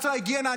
מוצרי ההיגיינה,